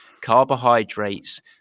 carbohydrates